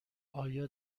آیا